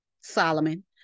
Solomon